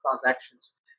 transactions